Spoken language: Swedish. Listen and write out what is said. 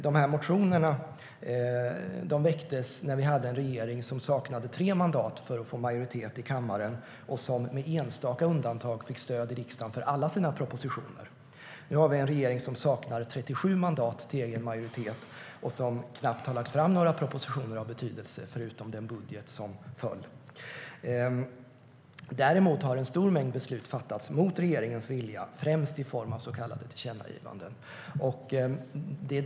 Dessa motioner väcktes när vi hade en regering som saknade tre mandat för att få majoritet i kammaren och som med enstaka undantag fick stöd i riksdagen för alla sina propositioner. Nu har vi en regering som saknar 37 mandat till egen majoritet och som knappt har lagt fram några propositioner av betydelse förutom den budget som föll. Däremot har en stor mängd beslut fattats mot regeringens vilja, främst i form av så kallade tillkännagivanden.